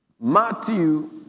Matthew